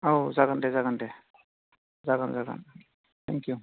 औ जागोन दे जागोन दे जागोन जागोन थेंक इउ